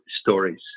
stories